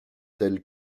tels